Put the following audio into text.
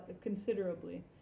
considerably